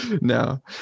No